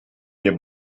nie